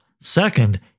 Second